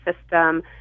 system